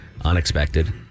unexpected